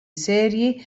serji